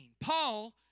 Paul